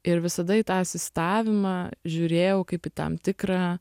ir visada į tą asistavimą žiūrėjau kaip į tam tikrą